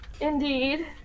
Indeed